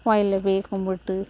கோயில்ல போய் கும்பிட்டு